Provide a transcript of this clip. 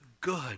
good